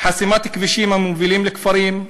חסימת כבישים המובילים לכפרים,